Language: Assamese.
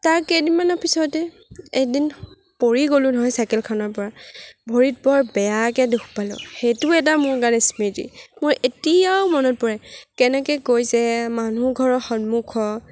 তাৰ কেইদিনমানৰ পিছতে এদিন পৰি গ'লোঁ নহয় চাইকেলখনৰ পৰা ভৰিত বৰ বেয়াকৈ দুখ পালোঁ সেইটোও এটা মোৰ কাৰণে স্মৃতি মোৰ এতিয়াও মনত পৰে কেনেকৈ গৈ যে মানুহ ঘৰৰ সন্মুখত